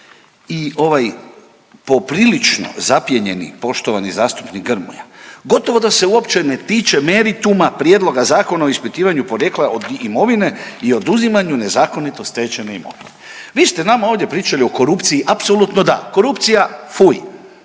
i ovaj poprilično zapjenjeni poštovani zastupnik Grmoja gotovo da se uopće ne tiče merituma Prijedloga Zakona o ispitivanju porijekla imovine i oduzimanju nezakonito stečene imovine. Vi ste nama ovdje pričali o korupciji, apsolutno da, korupcija fuj,